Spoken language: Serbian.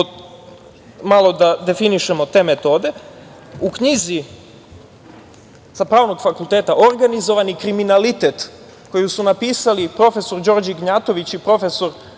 malo da definišemo te metode. U knjizi sa Pravnog fakulteta organizovani kriminalitet, koju su napisali profesor Đorđe Ignjatović i profesor